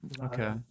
Okay